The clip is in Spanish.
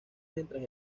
mientras